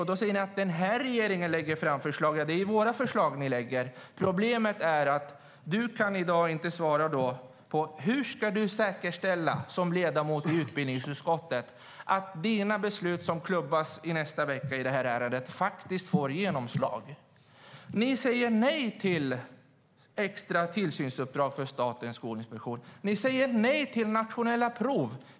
Ni säger att den nuvarande regeringen lägger fram förslag. Men det är våra förslag ni lägger fram. Problemet är att Håkan Bergman i dag inte kan svara på hur han som ledamot i utbildningsutskottet kan säkerställa att hans beslut som klubbas i nästa vecka i ärendet faktiskt får genomslag. Ni säger nej till extra tillsynsuppdrag för Statens skolinspektion. Ni säger nej till nationella prov.